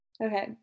Okay